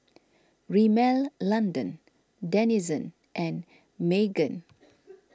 Rimmel London Denizen and Megan